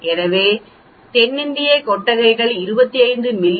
எனவே தென்னிந்திய கொட்டகைகள் 25 மி